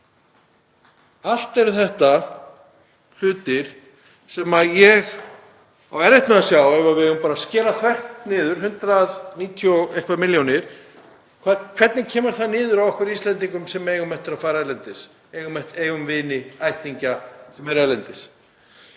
Allt eru þetta hlutir sem ég á erfitt með að sjá að við eigum að skera þvert niður um 190 og eitthvað milljónir. Hvernig kemur það niður á okkur Íslendingum sem eigum eftir að fara til útlanda, eigum vini og ættingja sem eru erlendis?